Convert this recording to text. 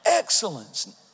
excellence